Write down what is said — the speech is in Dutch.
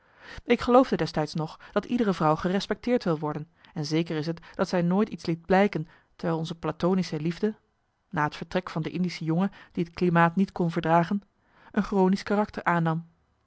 ik geloofde destijds nog dat iedere vrouw gerespecteerd wil worden en zeker is t dat zij nooit iets liet blijken terwijl onze platonische liefde na het vertrek van den indischen jongen die het klimaat niet kon verdragen een chronisch karakter aannam